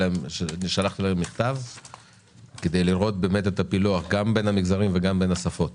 שלחתי להם מכתב כדי לראות את הפילוח גם בין המגזרים וגם בשפות